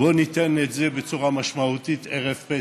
בואו ניתן את זה בצורה משמעותית ערב פסח,